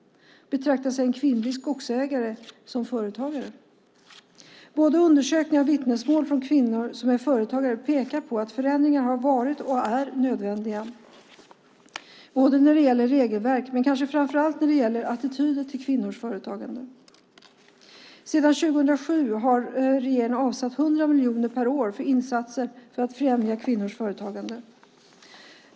Betraktas en kvinnlig skogsägare som företagare? Både undersökningar och vittnesmål från kvinnor som är företagare pekar på att förändringar har varit och är nödvändiga när det gäller regelverk och kanske framför allt när det gäller attityder till kvinnors företagande. Sedan 2007 har regeringen avsatt 100 miljoner per år till insatser för att främja kvinnors företagande.